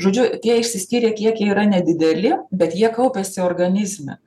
žodžiu tie išsiskyrę kiekiai yra nedideli bet jie kaupiasi organizme